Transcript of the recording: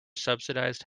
subsidized